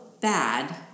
bad